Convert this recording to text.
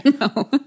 No